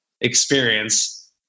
experience